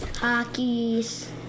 Hockey's